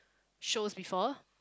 shows before